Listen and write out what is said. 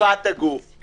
שפת גוף,